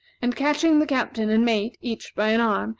and catching the captain and mate, each by an arm,